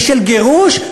ושל גירוש,